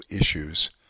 issues